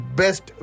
best